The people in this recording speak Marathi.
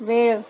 वेळ